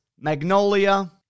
magnolia